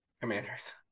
Commanders